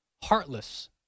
heartless